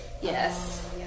Yes